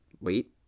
wait